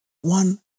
one